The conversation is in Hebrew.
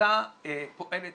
העמותה פועלת